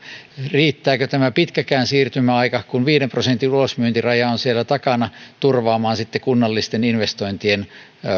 riittääkö tämä pitkäkään siirtymäaika kun viiden prosentin ulosmyyntiraja on siellä takana turvamaan kunnallisten investointien